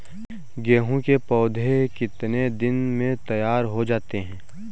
गेहूँ के पौधे कितने दिन में तैयार हो जाते हैं?